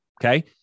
Okay